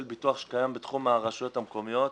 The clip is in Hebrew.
ביטוח שקיים בתחום הרשויות המקומיות,